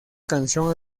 canción